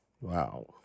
Wow